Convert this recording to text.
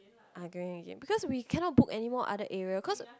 I going again because we cannot book anymore other area cause